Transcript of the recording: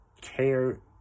care